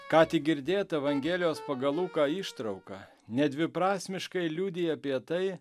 ką tik girdėta evangelijos pagal luką ištrauka nedviprasmiškai liudija apie tai